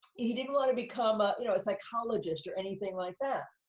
he didn't wanna become, ah you know, a psychologist or anything like that.